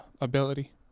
ability